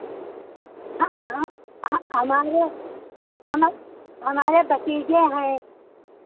हाँ हाँ हमारे हमर हमारे भतीजे हैं